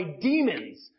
demons